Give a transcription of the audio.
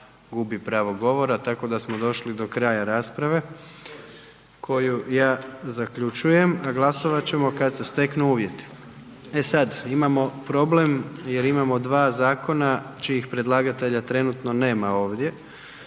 gubi pravo govora, tako da smo došli do kraja rasprave koju ja zaključujem, a glasovat ćemo kad se steknu uvjeti. E sad, imamo problem jer imamo dva zakona čijih predlagatelja trenutno nema ovdje.